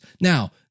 Now